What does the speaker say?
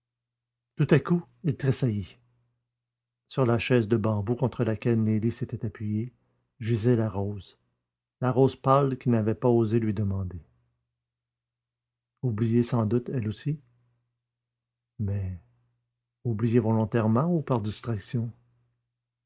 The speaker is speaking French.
tout à coup il tressaillit sur la caisse de bambou contre laquelle nelly s'était appuyée gisait la rose la rose pâle qu'il n'avait pas osé lui demander oubliée sans doute elle aussi mais oubliée volontairement ou par distraction